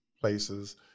places